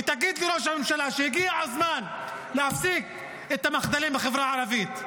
ותגיד לראש הממשלה שהגיע הזמן להפסיק את המחדלים בחברה הערבית.